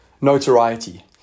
notoriety